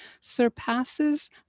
surpasses